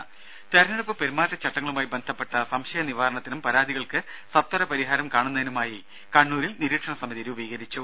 രുര തെരഞ്ഞെടുപ്പ് പെരുമാറ്റച്ചട്ടങ്ങളുമായി ബന്ധപ്പെട്ട സംശയ നിവാരണത്തിനും പരാതികൾക്ക് സത്വര പരിഹാരം കാണുന്നതിനുമായി കണ്ണൂരിൽ നിരീക്ഷണ സമിതി രൂപീകരിച്ചു